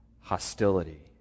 hostility